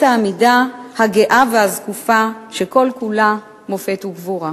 העמידה הגאה והזקופה שכל-כולה מופת וגבורה.